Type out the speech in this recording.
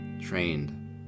trained